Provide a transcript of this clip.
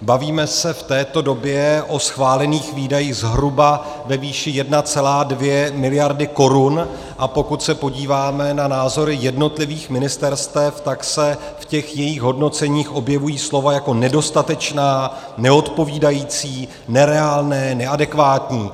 Bavíme se v této době o schválených výdajích zhruba ve výši 1,2 mld. Kč, a pokud se podíváme na názory jednotlivých ministerstev, tak se v těch jejich hodnoceních objevují slova jako nedostatečná, neodpovídající, nereálné, neadekvátní.